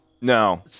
No